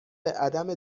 عدم